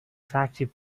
factory